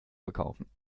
verkaufen